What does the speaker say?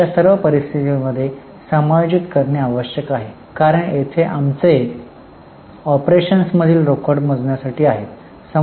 अशा सर्व परिस्थितींमध्ये समायोजित करणे आवश्यक आहे कारण येथे आमचे लक्ष ऑपरेशन्समधील रोकड मोजण्यासाठी आहे